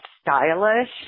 stylish